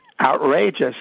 outrageous